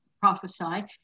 prophesy